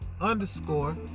underscore